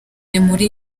muri